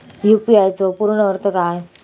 UPI चो पूर्ण अर्थ काय?